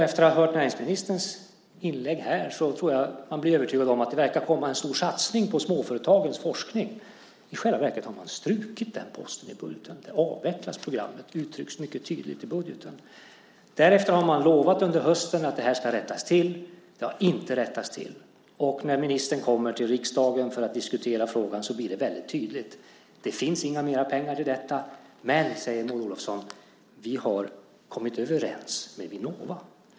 Efter att ha hört näringsministerns inlägg här blir man övertygad om att det kommer en stor satsning på småföretagens forskning. I själva verket har man strukit den posten i budgeten. Det programmet avvecklas; det uttrycks mycket tydligt i budgeten. Under hösten har man lovat att detta ska rättas till. Det har inte rättats till. När ministern kommer till riksdagen för att diskutera frågan blir det väldigt tydligt: Det finns inga mer pengar till detta. Men, säger Maud Olofsson, vi har kommit överens med Vinnova.